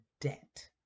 debt